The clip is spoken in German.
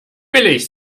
billig